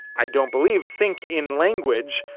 i don't believe think in language.